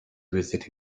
visit